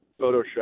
Photoshop